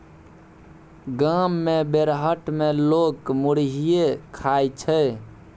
गाम मे बेरहट मे लोक मुरहीये खाइ छै